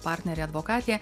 partnerė advokatė